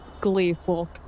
gleeful